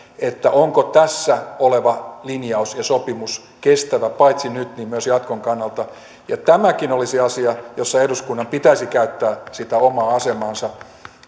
onko tässä oleva linjaus ja sopimus kestävä paitsi nyt myös jatkon kannalta ja tämäkin olisi asia jossa eduskunnan pitäisi käyttää sitä omaa asemaansa